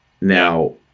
now